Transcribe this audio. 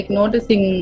noticing